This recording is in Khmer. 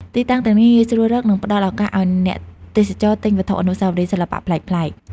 ទីតាំងទាំងនេះងាយស្រួលរក និងផ្តល់ឱកាសឲ្យអ្នកទេសចរទិញវត្ថុអនុស្សាវរីយ៍សិល្បៈប្លែកៗ។